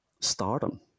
stardom